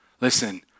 listen